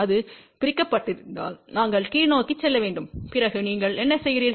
அது பிரிக்கப்பட்டிருந்தால் நாங்கள் கீழ்நோக்கி செல்ல வேண்டும் பிறகு நீங்கள் என்ன செய்கிறீர்கள்